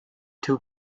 too